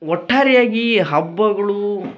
ಒಟ್ಟಾರೆಯಾಗಿ ಈ ಹಬ್ಬಗಳು